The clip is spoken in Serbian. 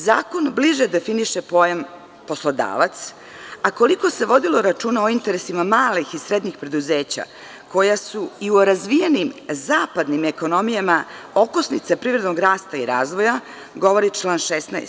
Zakon bliže definiše pojam „poslodavac“, a koliko se vodilo računa o interesima malih i srednjih preduzeća, koja su i u razvijenim zapadnim ekonomijama okosnica privrednog rasta i razvoja, govori član 16.